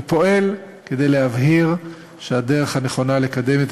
ופועל כדי להבהיר שהדרך הנכונה לקדם את